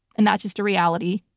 and that's just a reality.